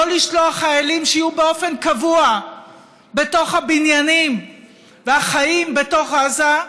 לא לשלוח חיילים שיהיו באופן קבוע בתוך הבניינים והחיים בתוך עזה.